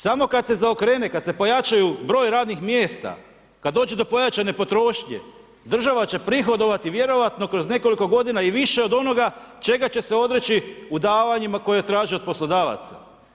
Samo kada se zaokrene, kada se pojačaju broj radnik mjesta, kada dođe do pojačane potrošnje država će prihodovati vjerojatno kroz nekoliko godina i više od onoga čega će se odreći u davanjima koje traži od poslodavaca.